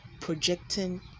projecting